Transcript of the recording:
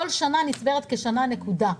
כל שנה נצברת כשנה נקודה,